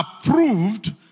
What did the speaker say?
approved